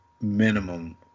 minimum